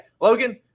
Logan